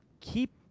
keep